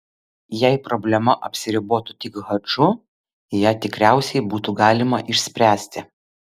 jei problema apsiribotų tik hadžu ją tikriausiai būtų galima išspręsti